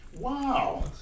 Wow